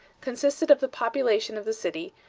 consisted of the population of the city,